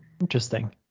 Interesting